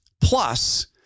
Plus